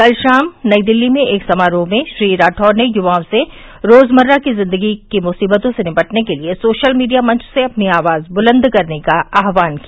कल शाम नई दिल्ली में एक समारोह में श्री राठौड ने युवाओं से रोजमर्रा की जिंदगी की मुसीबतों से निपटने के लिए सोशल मीडिया मंच से अपनी आवाज बुलंद करने का आह्वान किया